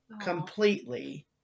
completely